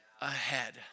ahead